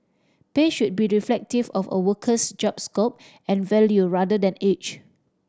pay should be reflective of a worker's job scope and value rather than age